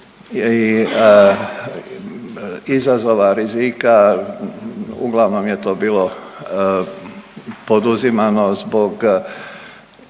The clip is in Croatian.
i izazova, rizika, uglavnom je to bilo poduzimano zbog